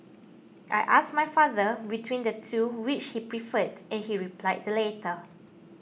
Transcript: I asked my father between the two which he preferred and he replied the latter